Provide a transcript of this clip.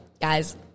guys